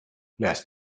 last